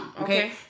Okay